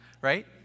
Right